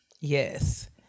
Yes